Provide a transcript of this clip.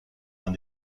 l’un